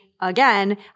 again